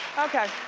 okay,